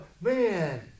man